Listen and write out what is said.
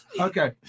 Okay